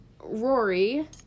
Rory